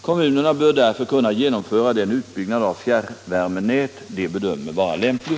Kommunerna bör därför kunna genomföra den utbyggnad av fjärrvärmenät de bedömer vara lämplig.